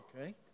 Okay